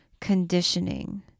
conditioning